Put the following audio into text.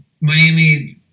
Miami